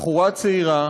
בחורה צעירה